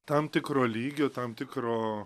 tam tikro lygio tam tikro